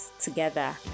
together